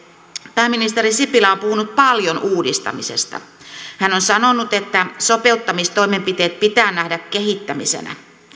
pääministeri sipilä on puhunut paljon uudistamisesta hän on sanonut että sopeuttamistoimenpiteet pitää nähdä kehittämisenä